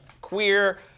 queer